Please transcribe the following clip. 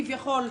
כביכול,